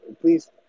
please